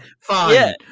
Fine